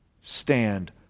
Stand